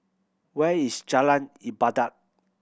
where is Jalan Ibadat